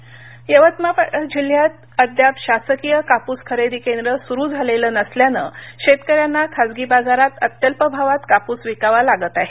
कापस खरेदी यवतमाळ यवतमाळ जिल्ह्यात अद्याप शासकीय कापूस खरेदी केंद्र सुरु झालेलं नसल्यानं शेतकऱ्यांना खाजगी बाजारात अत्यल्प भावात कापूस विकावा लागत आहे